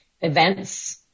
events